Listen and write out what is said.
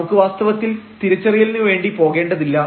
നമുക്ക് വാസ്തവത്തിൽ തിരിച്ചറിയലിന് വേണ്ടി പോകേണ്ടതില്ല